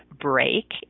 break